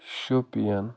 Shopian